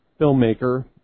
filmmaker